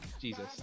Jesus